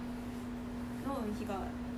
ya eh eh ya by the way right